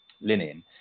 linen